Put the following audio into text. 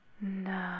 No